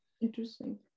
Interesting